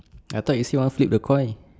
I thought you said want flip the coin